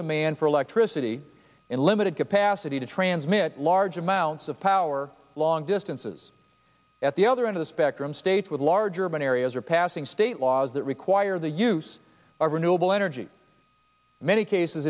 demand for electricity and limited capacity to transmit large my counts of power long distances at the other end of the spectrum states with large urban areas are passing state laws that require the use of renewable energy many cases